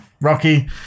Rocky